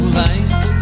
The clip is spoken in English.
light